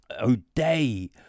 O'Day